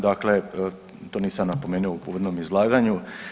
Dakle, to nisam napomenuo u uvodnom izlaganju.